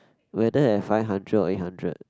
whether have five hundred or eight hundred